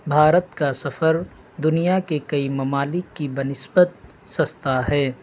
بھارت کا سفر دنیا کے کئی ممالک کی بہ نسبت سستا ہے